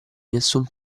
nessun